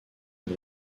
une